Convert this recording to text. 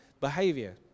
behavior